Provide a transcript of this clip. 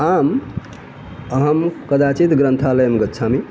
आम् अहं कदाचिद् ग्रन्थालयं गच्छामि